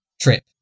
trip